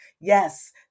Yes